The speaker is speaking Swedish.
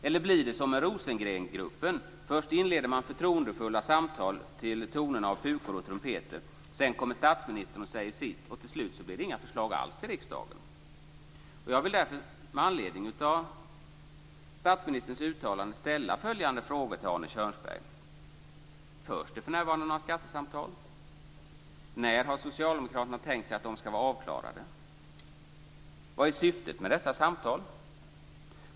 Eller blir det som med Rosengrengruppen, dvs. att man först inleder förtroendefulla samtal till tonerna av pukor och trumpeter, sedan kommer statsministern och säger sitt och till slut blir det inga förslag alls till riksdagen? Förs det för närvarande några skattesamtal? När har socialdemokraterna tänkt sig att de skall vara avklarade? Vad är syftet med dessa samtal?